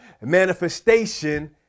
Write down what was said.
manifestation